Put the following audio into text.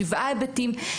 שבעה היבטים,